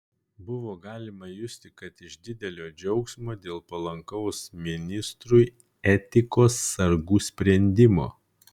buvo galima justi kad iš didelio džiaugsmo dėl palankaus ministrui etikos sargų sprendimo